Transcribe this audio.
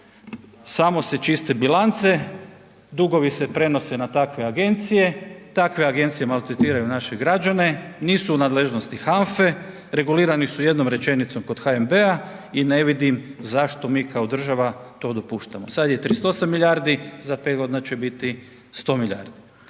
samo se čiste bilance, dugovi se prenose na takve agencije, takve agencije maltretiraju naše građane, nisu u nadležnosti HAMFE, regulirani su jednom rečenicom kod HNB-a i ne vidim zašto mi kao država to dopuštamo. Sad je 38 milijardi, za 5 godina će biti 100 milijardi.